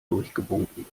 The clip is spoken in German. durchgewunken